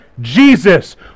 Jesus